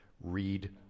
read